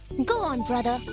go on, brother.